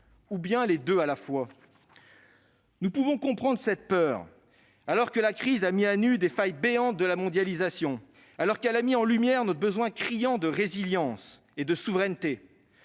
Ou bien les deux à la fois ? Nous pouvons comprendre cette peur. Alors que la crise a mis à nu des failles béantes de la mondialisation, alors qu'elle a mis en lumière notre besoin criant de résilience et de souveraineté,